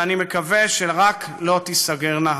ואני מקווה שרק לא תיסגרנה הדלתות.